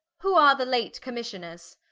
who are the late commissioners?